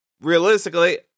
realistically